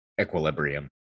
Equilibrium